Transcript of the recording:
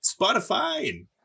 Spotify